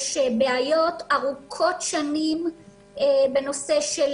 יש בעיות ארוכות שנים בנושא של